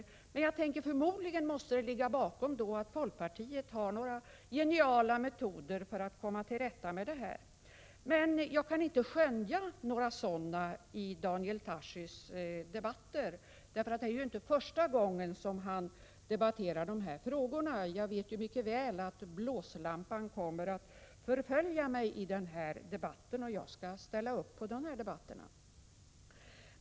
Bakom det måste förmodligen ligga att folkpartiet har geniala metoder för att komma till rätta med dessa problem. Jag kan emellertid inte skönja några sådana i Daniel Tarschys debatter; det är inte första gången som han debatterar dessa frågor. Jag vet mycket väl att blåslampan kommer att förfölja mig, och jag skall ställa upp i de här debatterna.